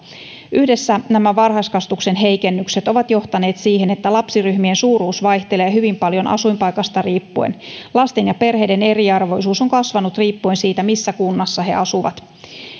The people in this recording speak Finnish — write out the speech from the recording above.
yhdessä nämä varhaiskasvatuksen heikennykset ovat johtaneet siihen että lapsiryhmien suuruus vaihtelee hyvin paljon asuinpaikasta riippuen lasten ja perheiden eriarvoisuus on kasvanut riippuen siitä missä kunnassa he asuvat